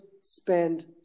spend